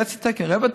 חצי תקן או רבע תקן.